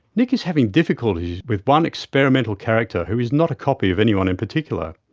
nick is having difficulties with one experimental character who is not a copy of anyone in particular.